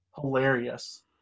hilarious